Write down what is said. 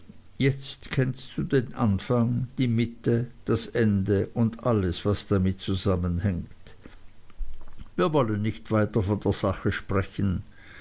jetzt kennst du den anfang die mitte das ende und alles was damit zusammenhängt wir wollen nicht weiter von der sache sprechen